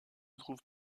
trouvent